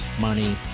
money